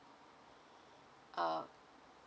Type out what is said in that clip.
uh